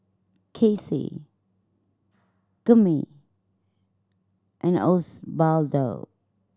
Kacey Gurney and Osbaldo